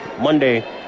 Monday